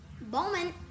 Bowman